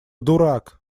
дурак